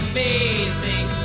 Amazing